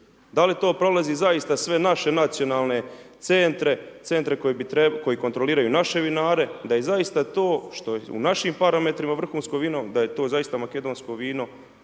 Da li to prolazi zaista sve naše nacionalne centre, centre koji kontroliraju naše vinare da i zaista to što u našim parametrima vrhunsko vino, da je to zaista makedonsko vino